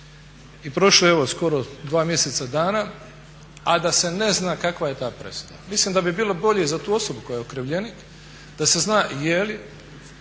i prošlo je skoro dva mjeseca, a da se ne zna kakva je ta presuda. Mislim da bi bilo bolje za tu osobu koja je okrivljenik da se zna jeli